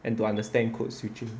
and to understand code switching